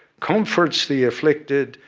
comforts the afflicted,